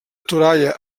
toralla